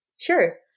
Sure